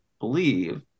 believe